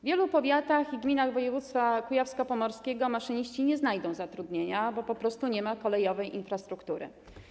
W wielu powiatach i gminach województwa kujawsko-pomorskiego maszyniści nie znajdą zatrudnienia, bo po prostu nie ma kolejowej infrastruktury.